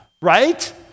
Right